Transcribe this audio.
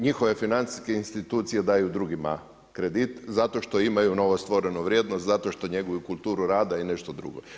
Njihove financijske institucije daju drugima kredit zato što imaju novostvorenu vrijednost, zato što njeguju kulturu rada i nešto drugo.